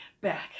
back